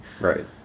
Right